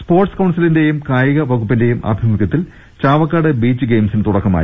sports കൌൺസിലിന്റെയും കായിക വകുപ്പിന്റെയും ആഭിമുഖ്യ ത്തിൽ ചാവക്കാട് ബീച്ച് ഗെയിംസിന് തുടക്കമായി